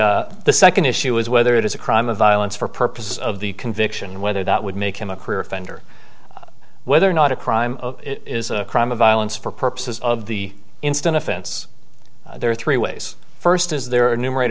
the second issue is whether it is a crime of violence for purposes of the conviction and whether that would make him a career offender whether or not a crime is a crime of violence for purposes of the instant offense there are three ways first is there are numer